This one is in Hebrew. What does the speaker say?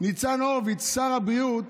ניצן הורוביץ, שר הבריאות,